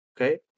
Okay